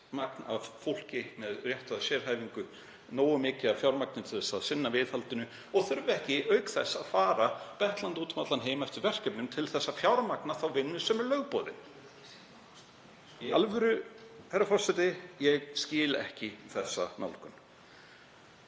fólks með rétta sérhæfingu, nógu mikið af fjármagni til að sinna viðhaldinu, og það þurfi ekki auk þess að fara betlandi út um allan heim eftir verkefnum til að fjármagna þá vinnu sem er lögboðin. Í alvöru, herra forseti, ég skil ekki þessa nálgun.